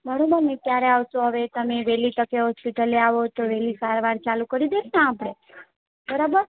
બરાબર ને ક્યારે આવશો હવે તમે વહેલી તકે હોસ્પિટલે આવો તો વહેલી સારવાર ચાલું કરી દઇએ ને આપણે બરાબર